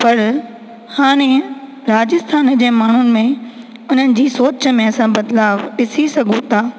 पर हाणे राजस्थान जे माण्हुनि उन्हनि जी सोच में असां बदिलाउ ॾिसी सघूं था